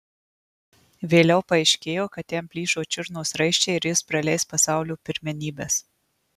vėliau paaiškėjo kad jam plyšo čiurnos raiščiai ir jis praleis pasaulio pirmenybes